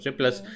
plus